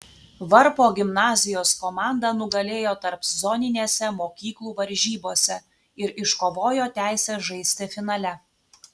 varpo gimnazijos komanda nugalėjo tarpzoninėse mokyklų varžybose ir iškovojo teisę žaisti finale